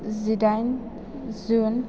जिदाइन जुन